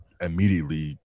immediately